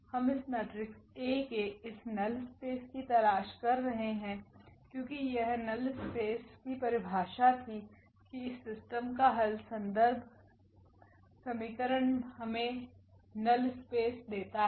हम इस matrix A के इस नल स्पेस की तलाश कर रहे हैं क्योंकि यह नल स्पेस की परिभाषा थी कि इस सिस्टम का हल समीकरण हमें नल स्पेस देता है